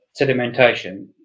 sedimentation